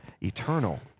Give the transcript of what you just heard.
eternal